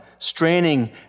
Straining